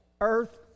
earth